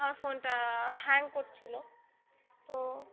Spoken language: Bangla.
আমার ফোনটা হ্যাং করছিলো তো